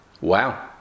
Wow